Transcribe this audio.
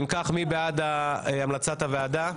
אם כך, מי בעד המלצת הוועדה?